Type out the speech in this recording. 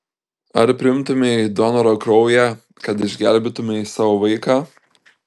ar priimtumei donoro kraują kad išgelbėtumei savo vaiką